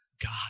God